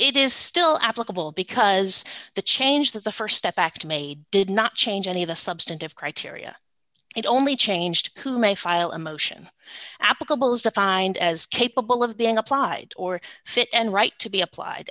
it is still applicable because the change that the st step back to made did not change any of the substantive criteria it only changed who may file a motion applicable is defined as capable of being applied or fit and right to be applied